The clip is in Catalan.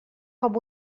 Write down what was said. com